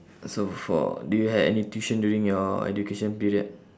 so for do you had any tuition during your education period